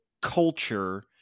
culture